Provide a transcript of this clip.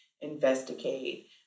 investigate